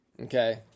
Okay